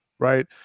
Right